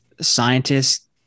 scientists